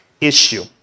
issue